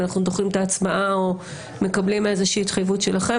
אם אנחנו דוחים את הצבעה או מקבלים איזושהי התחייבות שלכם.